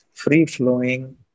Free-flowing